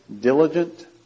diligent